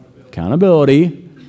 Accountability